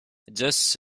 zeus